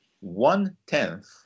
one-tenth